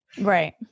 Right